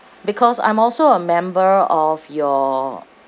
because I'm also a member of your